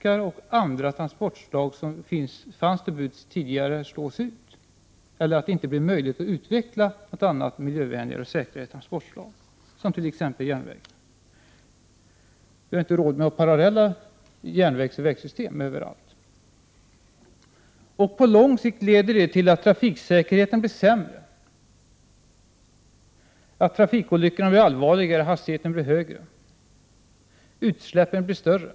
Andra transportslag som funnits tidigare slås ut, eller också blir det inte möjligt att utveckla andra transportslag som är miljövänligare och säkrare —t.ex. järnvägen. Vi har ju inte råd med parallella järnvägsoch vägsystem överallt. På lång sikt leder detta till att trafiksäkerheten påverkas negativt. Trafikolyckorna blir allvarligare när hastigheterna ökar. Utsläppen blir större.